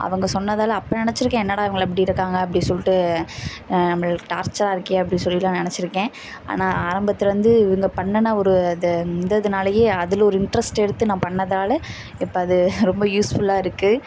அவங்க சொன்னதால் அப்போ நெனைச்சிருக்கேன் என்னடா இவங்களாம் இப்படி இருக்காங்க அப்படின் சொல்லிட்டு நம்மளுக்கு டார்ச்சராக இருக்கே அப்படின் சொல்லிவிட்டு நான் நெனைச்சிருக்கேன் ஆனால் ஆரம்பத்திலேருந்து இவங்க பண்ணுன ஒரு அந்த இந்த இதுனாலேயே அதில் ஒரு இண்ட்ரஸ்ட் எடுத்து நான் பண்ணதால் இப்போ அது ரொம்ப யூஸ்ஃபுல்லாக இருக்குது